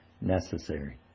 necessary